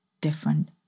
different